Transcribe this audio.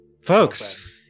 Folks